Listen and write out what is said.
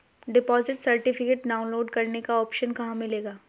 Deposit certificate download करने का option कहां मिलेगा?